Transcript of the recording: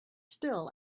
still